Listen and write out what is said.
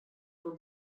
for